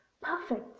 perfect